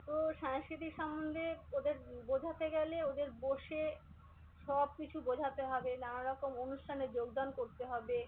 তো সাংস্কৃতিক সম্বন্ধে ওদের বোঝাতে গেলে ওদের বসে সব কিছু বোঝাতে হবে নানানরকম অনুষ্ঠানে যোগদান করতে হবে